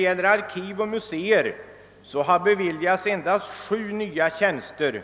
Till Arkiv och mu seer har beviljats endast sju nya tjänster